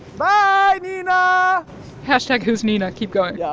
but nina ah hashtag who's nina? keep going yeah